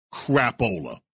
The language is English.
crapola